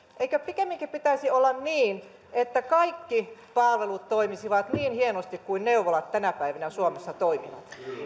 eikö pikemminkin pitäisi olla niin että kaikki palvelut toimisivat niin hienosti kuin neuvolat tänä päivänä suomessa toimivat